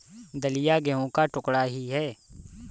दलिया गेहूं का टुकड़ा ही है